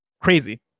crazy